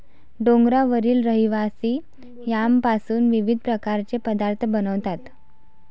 डोंगरावरील रहिवासी यामपासून विविध प्रकारचे पदार्थ बनवतात